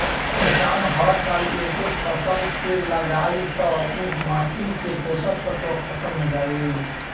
किसान हर साल एके फसल के लगायी त ओह माटी से पोषक तत्व ख़तम हो जाई